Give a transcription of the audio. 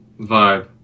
vibe